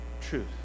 truth